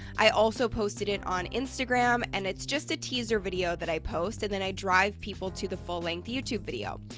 i also posted it on instagram, and it's just a teaser video that i post and then i drive people to the full length youtube video.